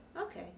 Okay